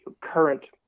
current